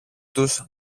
τους